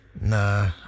Nah